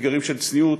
אתגרים של צניעות,